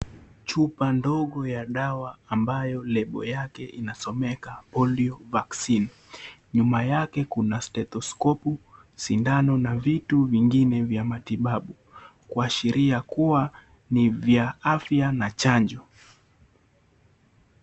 Chupa ndogo ya dawa ambayo lebo yake inasomeka Polio Vaccine . Nyuma yake kuna stethoskopu, sindano na vitu vingine vya matibabu; kuashiria kuwa ni vya afya na chanjo.